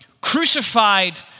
crucified